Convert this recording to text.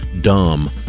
dumb